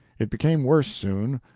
it became worse soon.